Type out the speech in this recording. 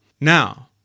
Now